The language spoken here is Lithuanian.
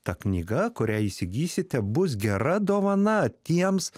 ta knyga kurią įsigysite bus gera dovana tiems